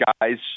guys